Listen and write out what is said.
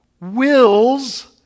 wills